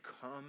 come